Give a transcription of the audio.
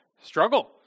struggle